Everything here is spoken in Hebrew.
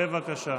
בבקשה.